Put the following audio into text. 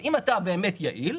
אז אם אתה באמת יעיל,